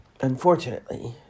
Unfortunately